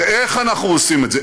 ואיך אנחנו עושים את זה?